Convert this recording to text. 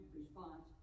response